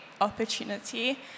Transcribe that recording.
opportunity